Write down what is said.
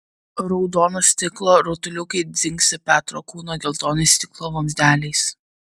raudono stiklo rutuliukai dzingsi petro kūno geltonais stiklo vamzdeliais